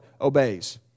Obeys